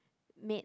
made